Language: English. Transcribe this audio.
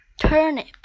Turnip